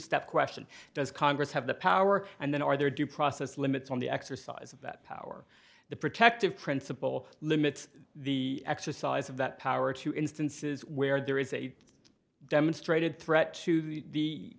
step question does congress have the power and then are there due process limits on the exercise of that power the protective principle limits the exercise of that power to instances where there is a demonstrated threat to the